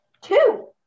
two